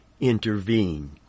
intervene